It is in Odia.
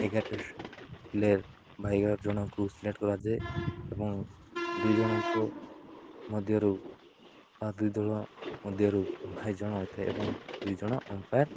ଏଗାର ପ୍ଲେୟର୍ ବାଇଶି ଜଣଙ୍କୁ ସିଲେକ୍ଟ କରାଯାଏ ଏବଂ ଦୁଇ ଜଣଙ୍କ ମଧ୍ୟରୁ ମଧ୍ୟରୁ ବାଇଶି ଜଣ ହୋଇଥାଏ ଏବଂ ଦୁଇ ଜଣ ଅମ୍ପାୟାର୍